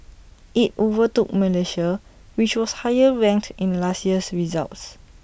IT overtook Malaysia which was higher ranked in last year's results